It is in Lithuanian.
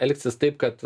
elgsis taip kad